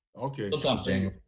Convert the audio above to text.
Okay